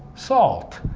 salt.